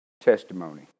testimony